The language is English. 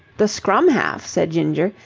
the scrum-half, said ginger,